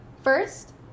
First